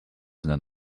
than